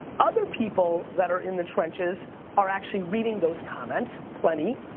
other people that are in the trenches are actually reading those comments, plenty.